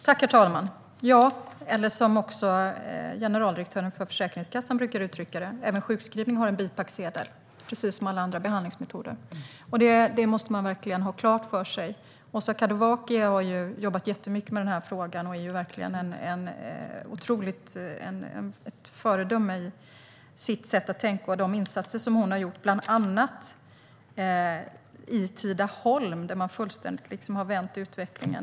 Herr talman! Som också generaldirektören för Försäkringskassan brukar uttrycka det har även sjukskrivning en bipacksedel precis som alla andra behandlingsmetoder. Det måste man verkligen ha klart för sig. Åsa Kadowaki har jobbat jättemycket med den här frågan och är verkligen ett föredöme i sitt sätt att tänka och i de insatser som hon har gjort, bland annat i Tidaholm där hon fullständigt har vänt utvecklingen.